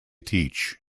teach